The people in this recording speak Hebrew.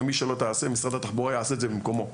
ומי שלא תעשה משרד התחבורה יעשה את זה במקומו.